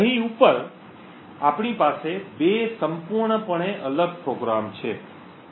અહીં ઉપર આપણી પાસે બે સંપૂર્ણપણે અલગ પ્રોગ્રામ છે